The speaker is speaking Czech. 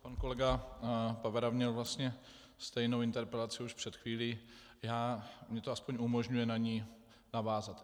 Pan kolega Pavera měl vlastně stejnou interpelaci už před chvílí, mně to aspoň umožňuje na ni navázat.